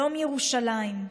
יום ירושלים,